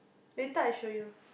later I show you